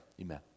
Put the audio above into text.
Amen